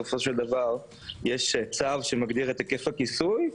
יש צו שמגדיר היקף הכיסוי.